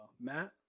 Matt